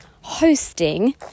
hosting